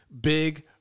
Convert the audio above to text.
Big